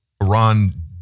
Iran